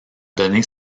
donné